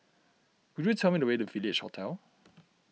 could you tell me the way to Village Hotel